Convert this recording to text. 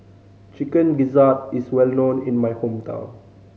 Chicken Gizzard is well known in my hometown